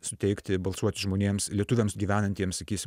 suteikti balsuot žmonėms lietuviams gyvenantiems sakysim